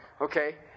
Okay